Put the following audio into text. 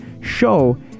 show